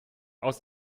aus